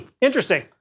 interesting